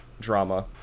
drama